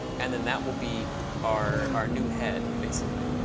and then that will be our our new head, basically.